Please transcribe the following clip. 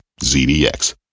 ZDX